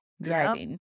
driving